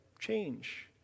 change